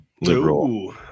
liberal